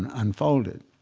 unfolded.